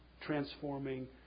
transforming